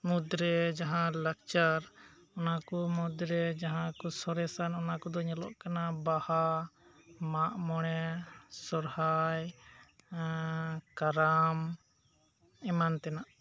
ᱢᱩᱫᱽ ᱨᱮ ᱡᱟᱦᱟᱸ ᱞᱟᱠᱪᱟᱨ ᱚᱱᱟ ᱠᱚ ᱢᱩᱫᱽᱨᱮ ᱡᱟᱦᱟᱸ ᱠᱚ ᱥᱚᱨᱮᱥᱟ ᱚᱱᱟ ᱠᱚᱫᱚ ᱧᱮᱞᱚᱜ ᱠᱟᱱᱟ ᱵᱟᱦᱟ ᱢᱟᱜᱼᱢᱚᱬᱮ ᱥᱚᱨᱦᱟᱭ ᱠᱟᱨᱟᱢ ᱮᱢᱟᱱ ᱛᱮᱱᱟᱜ